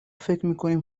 فکرمیکنیم